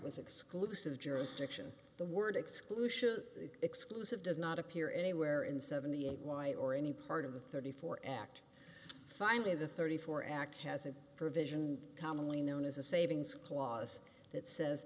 was exclusive jurisdiction the word exclusion the exclusive does not appear anywhere in seventy eight dollars y or any part of the thirty four act finally the thirty four act has a provision commonly known as a savings clause that says